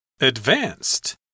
Advanced